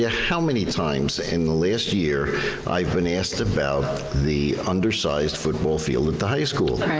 ah how many times in the last year i've been asked about the undersized football field at the high school.